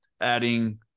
adding